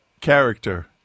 character